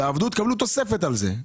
תעבדו תקבלו תוספת על זה.